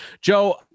Joe